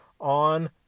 on